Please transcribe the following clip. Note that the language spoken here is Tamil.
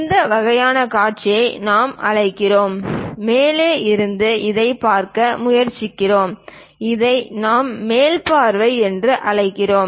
இந்த வகையான காட்சிகளை நாம் அழைக்கிறோம் மேலே இருந்து இதைப் பார்க்க முயற்சிக்கிறோம் இதை நாம் மேல் பார்வை என்று அழைக்கிறோம்